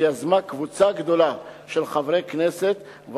שיזמה קבוצה גדולה של חברי כנסת,